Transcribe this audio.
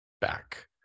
back